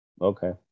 Okay